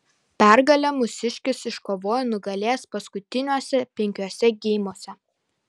pergalę mūsiškis iškovojo nugalėjęs paskutiniuose penkiuose geimuose